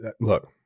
Look